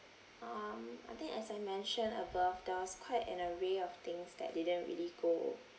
um I think as I mentioned above there was quite an array of things that didn't really go